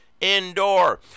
indoor